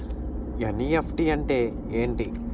NEFT అంటే ఎంటి?